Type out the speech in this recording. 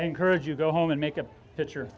i encourage you go home and make a pitcher